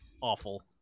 awful